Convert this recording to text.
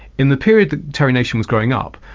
in the period that terry nation was growing up,